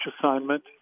assignment